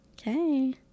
Okay